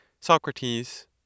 Socrates